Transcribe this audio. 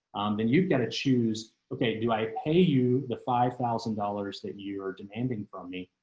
then you've got to choose. okay, do i pay you the five thousand dollars that you are demanding from me,